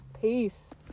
peace